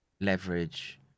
leverage